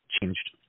changed